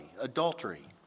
adultery